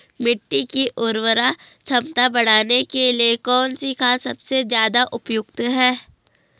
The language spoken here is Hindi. मिट्टी की उर्वरा क्षमता बढ़ाने के लिए कौन सी खाद सबसे ज़्यादा उपयुक्त है?